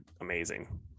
amazing